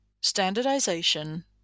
standardization